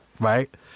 right